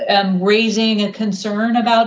raising a concern about